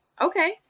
okay